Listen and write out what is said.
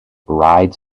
rides